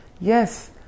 Yes